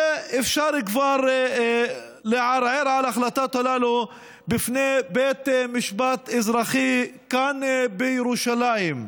ואפשר כבר לערער על ההחלטות הללו לפני בית משפט אזרחי כאן בירושלים.